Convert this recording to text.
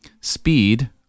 speed